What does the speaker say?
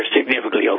significantly